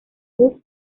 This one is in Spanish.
who